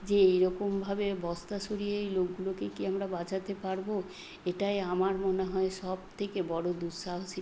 যে এইরকমভাবে বস্তা সরিয়ে ওই লোকগুলোকে কি আমরা বাঁচাতে পারবো এটাই আমার মনে হয় সবথেকে বড় দুঃসাহসিক